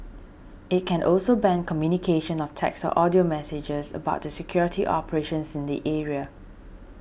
it can also ban communication of text or audio messages about the security operations in the area